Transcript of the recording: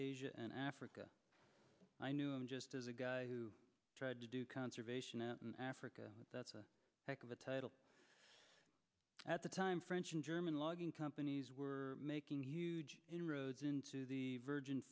branch in africa i knew him just as a guy who tried to do conservation in africa that's a heck of a title at the time french and german logging companies were making huge inroads into the virgin